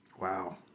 Wow